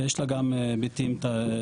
ויש לה גם היבטים תשתיתיים,